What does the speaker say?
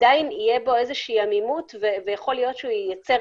עדיין תהיה בו עמימות ויכול להיות שהוא ייצר